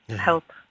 help